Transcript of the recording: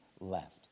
left